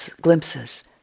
glimpses